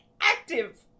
active